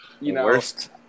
Worst